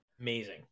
amazing